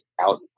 out